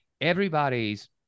everybody's